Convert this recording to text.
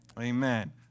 Amen